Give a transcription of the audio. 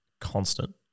constant